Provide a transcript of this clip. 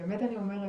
באמת אני אומרת,